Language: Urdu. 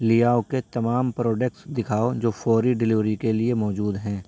لیاؤ کے تمام پروڈکٹس دکھاؤ جو فوری ڈلیوری کے لیے موجود ہیں